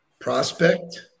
prospect